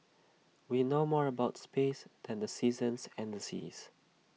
we know more about space than the seasons and the seas